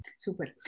Super